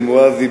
אל-מוע'אזי,